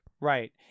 Right